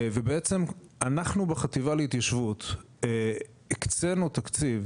ובעצם, אנחנו בחטיבה להתיישבות הקצנו תקציב